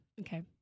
Okay